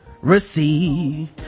receive